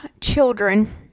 children